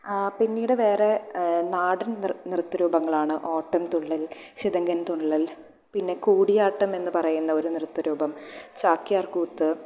പിന്നീട് വേറെ നാടൻ നൃത്ത രൂപങ്ങളാണ് ഓട്ടൻ തുള്ളൽ ശീതങ്കൻ തുള്ളൽ പിന്നെ കൂടിയാട്ടം എന്ന് പറയുന്ന ഒരു നൃത്ത രൂപം ചാക്യാർ കൂത്ത്